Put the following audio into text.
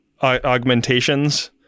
augmentations